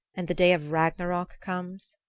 and the day of ragnarok comes.